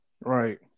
Right